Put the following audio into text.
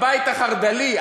הבית החרד"לי,